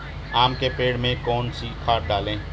आम के पेड़ में कौन सी खाद डालें?